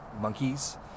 monkeys